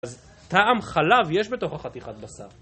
אז טעם חלב יש בתוך החתיכת בשר.